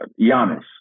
Giannis